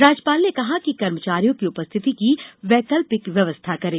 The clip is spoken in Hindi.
राज्यपाल ने कहा है कि कर्मचारियों की उपस्थिति की वैकल्पिक व्यवस्था करें